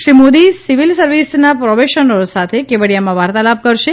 Shri Modi civil સર્વિશના પ્રોબેશનરો સાથે કેવડીયામાં વાર્તાલાભ કરશે